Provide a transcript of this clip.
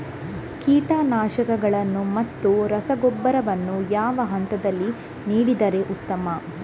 ಕೀಟನಾಶಕಗಳನ್ನು ಮತ್ತು ರಸಗೊಬ್ಬರವನ್ನು ಯಾವ ಹಂತದಲ್ಲಿ ನೀಡಿದರೆ ಉತ್ತಮ?